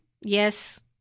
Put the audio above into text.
yes